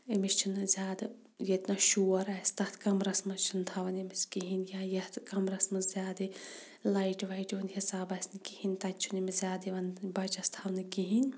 أمس چھِ نہٕ زیادٕ ییٚتنَس شور آسہِ تَتھ کَمرَس مَنٛز چھِنہٕ تھاوان أمس کِہیٖنۍ یا یتھ کَمرَس مَنٛز زیادٕ لایٹہِ وایٹہِ ہُنٛد حِساب آسہِ نہٕ کِہیٖنۍ تَتہِ چھُنہٕ أمس زیادٕ یِوان بَچَس تھاونہٕ کِہِیٖنۍ